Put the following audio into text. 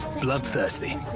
bloodthirsty